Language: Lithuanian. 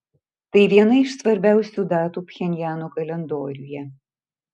tai viena iš svarbiausių datų pchenjano kalendoriuje